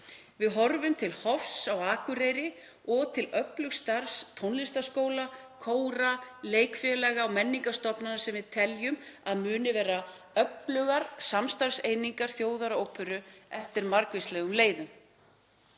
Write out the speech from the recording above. Við horfum til Hofs á Akureyri og til öflugs starfs tónlistarskóla, kóra, leikfélaga og menningarstofnana sem við teljum að muni verða öflugar samstarfseiningar þjóðaróperu eftir margvíslegum leiðum.